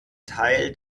teil